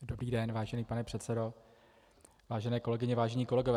Dobrý den, vážený pane předsedo, vážené kolegyně, vážení kolegové.